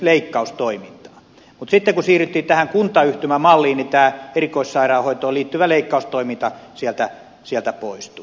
mutta sitten kun siirryttiin tähän kuntayhtymämalliin tämä erikoissairaanhoitoon liittyvä leikkaustoiminta sieltä poistui